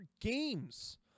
games